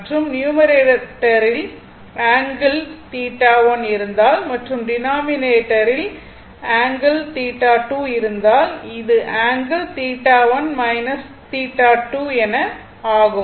மற்றும் நியுமரேட்டரில் ஆங்கிள் 1 இருந்தால் மற்றும் டினாமினேட்டரில் ஆங்கிள் 2 இருந்தால் இது ஆங்கிள் 1 2 என ஆகும்